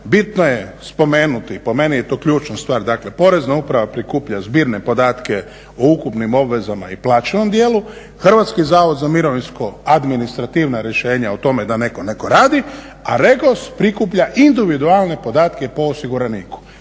bitno je spomenuti, po meni je to ključna stvar. Dakle Porezna uprava prikuplja zbirne podatke o ukupnim obvezama i plaćenom dijelu. Hrvatski zavod za mirovinsko administrativna rješenja o tome da netko nešto radi, a REGOS prikuplja individualne podatke po osiguraniku